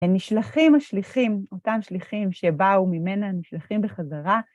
הנשלחים השליחים, אותם שליחים שבאו ממנה, נשלחים בחזרה.